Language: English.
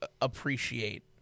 appreciate